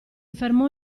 fermò